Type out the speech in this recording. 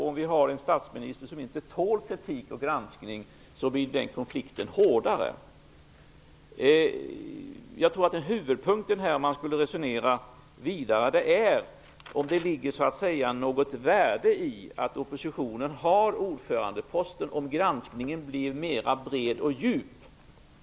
Om vi då har en statsminister som över huvud taget inte tål kritik och granskning, blir den konflikten hårdare. Jag tror att huvudpunkten, om man skall resonera vidare, är om det så att säga ligger något värde i att oppositionen har ordförandeposten, om granskningen då blir mera bred och djup.